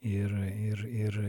ir ir ir